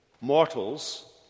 mortals